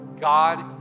God